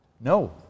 No